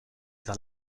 vers